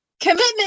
Commitment